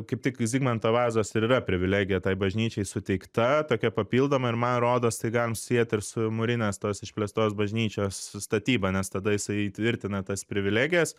kaip tik zigmanto vazos ir yra privilegija tai bažnyčiai suteikta tokia papildoma ir man rodos tai galim susiet ir su murinės tos išplėstos bažnyčios statyba nes tada jisai įtvirtina tas privilegijas